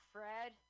Fred